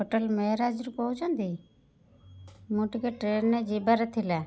hotel ମେହରାଜ୍ରୁ କହୁଛନ୍ତି ମୁଁ ଟିକିଏ ଟ୍ରେନ୍ରେ ଯିବାର ଥିଲା